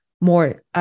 more